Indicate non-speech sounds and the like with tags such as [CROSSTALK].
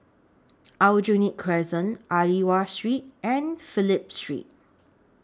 [NOISE] Aljunied Crescent Aliwal Street and Phillip Street